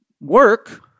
work